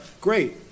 great